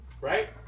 Right